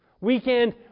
Weekend